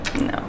No